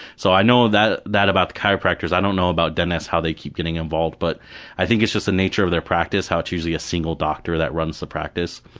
so i know that that about chiropractors, i don't know why dentists how they keep getting involved, but i think it's just the nature of their practice, how it's usually a single doctor that runs the practice,